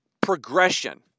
progression